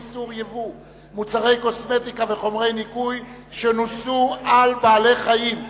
איסור ייבוא מוצרי קוסמטיקה וחומרי ניקוי שנוסו על בעלי-חיים),